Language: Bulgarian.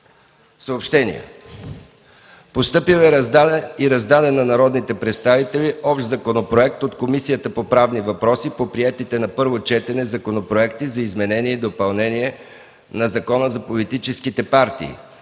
Съобщения: Постъпил е и е раздаден на народните представители Общ законопроект от Комисията по правни въпроси по приетите на първо четене законопроекти за изменение и допълнение на Закона за политическите партии.